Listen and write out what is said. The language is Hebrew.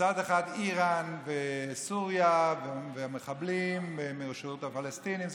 מצד אחד איראן וסוריה והמחבלים מהרשות הפלסטינית,